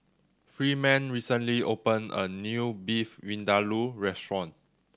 Freeman recently opened a new Beef Vindaloo Restaurant